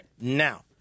Now